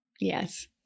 Yes